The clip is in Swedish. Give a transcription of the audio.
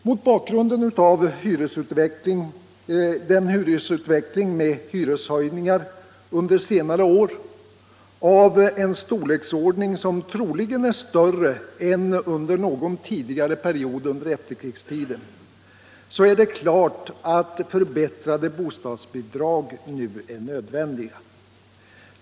Mot bakgrund av den hyresutveckling med hyreshöjningar som ägt rum under senare år, av en storleksordning som troligen är större än under någon tidigare period under efterkrigstiden, är det klart att förbättrade bostadsbidrag nu är nödvändiga.